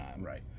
Right